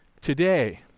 Today